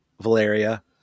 Valeria